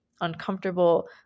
uncomfortable